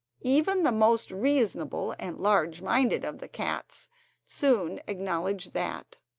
even the most reasonable and large-minded of the cats soon acknowledged that.